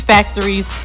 Factories